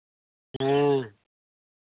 ᱦᱮᱸ